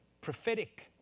prophetic